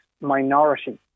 minority